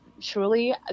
truly